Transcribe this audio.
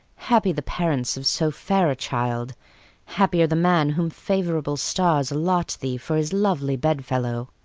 happy the parents of so fair a child happier the man whom favourable stars allot thee for his lovely bed-fellow.